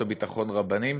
רבנים?